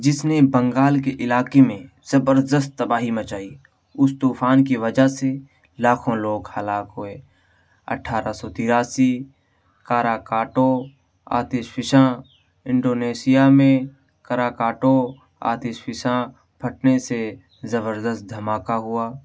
جس نے بنگال کے علاقے میں زبردست تباہی مچائی اس طوفان کی وجہ سے لاکھوں لوگ ہلاک ہوئے اٹھارہ سو تراسی کاراکاٹو آتش فشاں انڈونیشیا میں کراکاٹو آتش فشاں پھٹنے سے زبردست دھماکہ ہوا